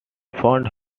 found